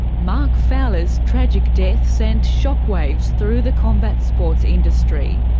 mark fowler's tragic death sent shockwaves through the combat sports industry.